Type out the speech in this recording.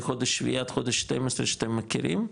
מחודש שביעי עם חודש 12 שאתם מכירים לעולה?